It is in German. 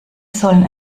sollen